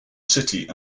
city